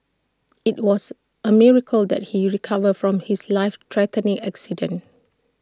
IT was A miracle that he recovered from his life threatening accident